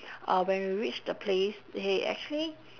uh when we reach the place he actually